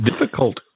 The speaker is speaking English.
difficult